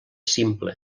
simple